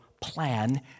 plan